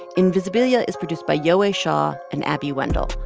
invisibilia is produced by yowei shaw and abby wendle.